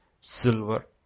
silver